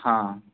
हां